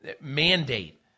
mandate